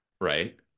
right